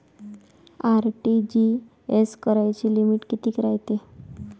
RTGS कराची limit कितीक रायते?